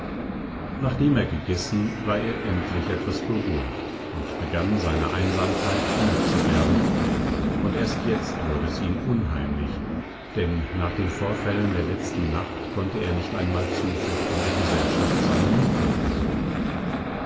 nachdem er gegessen war er endlich etwas beruhigt und begann seiner einsamkeit innezuwerden und erst jetzt wurde es ihm unheimlich denn nach den vorfällen der letzten nacht konnte er nicht einmal zuflucht in der gesellschaft seiner mitbürger suchen